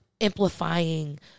amplifying